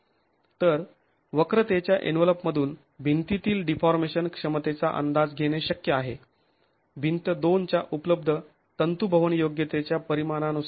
तर वक्रतेच्या एन्व्हलप मधून भिंतीतील डीफॉर्मेशन क्षमतेचा अंदाज घेणे शक्य आहे भिंत २ च्या उपलब्ध तंतूभवन योग्यतेच्या परिमाणानुसार